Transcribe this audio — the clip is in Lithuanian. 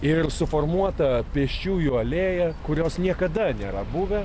ir suformuota pėsčiųjų alėja kurios niekada nėra buvę